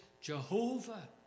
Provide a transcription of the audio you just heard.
Jehovah